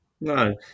No